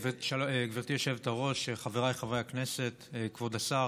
גברתי היושבת-ראש, חבריי חברי הכנסת, כבוד השר,